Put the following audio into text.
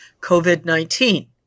COVID-19